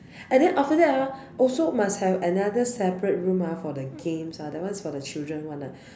and then after that ah also must have another separate room ah for the games ah that one for the children [one] ah